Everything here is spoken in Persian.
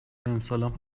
امسالم